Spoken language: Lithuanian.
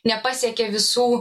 nepasiekė visų